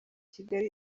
kigali